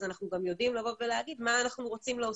אנחנו גם יודעים להגיד מה אנחנו רוצים להוסיף.